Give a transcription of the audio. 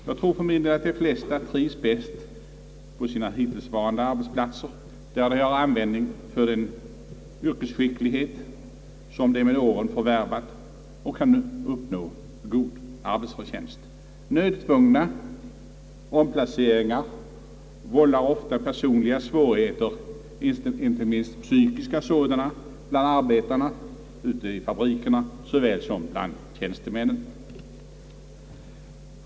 Jag tror för min del att de flesta trivs bäst på sina hittillsvarande arbetsplatser, där de har användning för den yrkesskicklighet som de med åren förvärvat och där de kan uppnå god arbetsförtjänst. Nödtvungna omplaceringar vållar ofta personliga svårigheter, inte minst psykiska sådana, bland arbetarna ute i fabrikerna såväl som bland tjänstemännen.